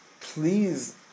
please